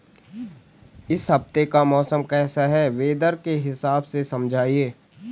इस हफ्ते का मौसम कैसा है वेदर के हिसाब से समझाइए?